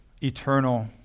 eternal